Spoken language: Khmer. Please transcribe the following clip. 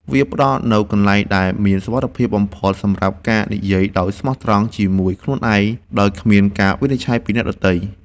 វាផ្ដល់នូវកន្លែងដែលមានសុវត្ថិភាពបំផុតសម្រាប់ការនិយាយដោយស្មោះត្រង់ជាមួយខ្លួនឯងដោយគ្មានការវិនិច្ឆ័យពីអ្នកដទៃ។